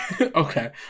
Okay